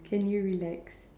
can you relax